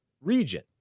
region